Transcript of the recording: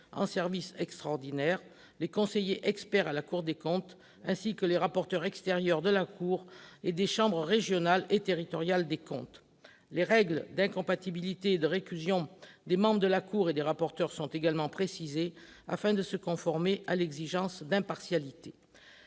en service extraordinaire, les conseillers experts à la Cour des comptes, ainsi que les rapporteurs extérieurs de la Cour et des chambres régionales et territoriales des comptes. Les règles d'incompatibilité et de récusation des membres de la Cour et des rapporteurs sont également précisées afin de se conformer à l'exigence d'impartialité.